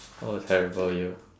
oh terrible you